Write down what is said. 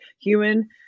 human